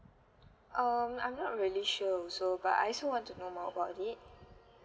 um I'm not really sure also but I also want to know more about it